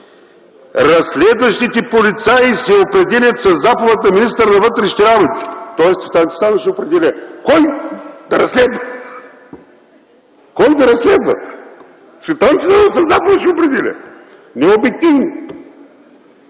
„Разследващите полицаи се определят със заповед на министъра на вътрешните работи”. Тоест Цветан Цветанов ще определя кой да разследва. Цветан Цветанов със заповед ще определя, не обективно.